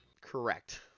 Correct